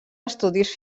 estudis